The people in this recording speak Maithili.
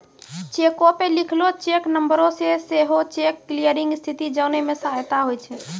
चेको पे लिखलो चेक नंबरो से सेहो चेक क्लियरिंग स्थिति जाने मे सहायता होय छै